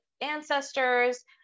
ancestors